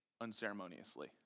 unceremoniously